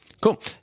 Cool